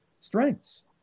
strengths